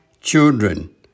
children